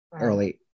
early